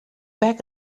back